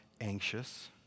anxious